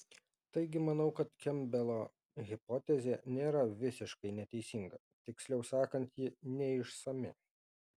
taigi manau kad kempbelo hipotezė nėra visiškai neteisinga tiksliau sakant ji neišsami